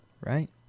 Right